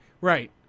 Right